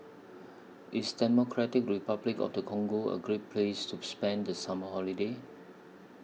IS Democratic Republic of The Congo A Great Place to spend The Summer Holiday